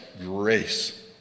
grace